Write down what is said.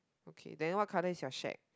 okay then what colour is your shed